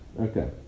Okay